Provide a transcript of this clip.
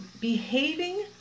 behaving